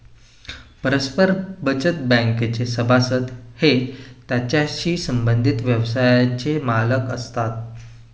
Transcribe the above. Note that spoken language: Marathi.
परस्पर बचत बँकेचे सभासद हे त्याच्याशी संबंधित व्यवसायाचे मालक असतात